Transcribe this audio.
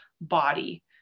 body